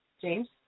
James